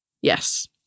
Yes